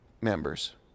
members